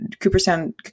Cooperstown –